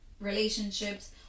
relationships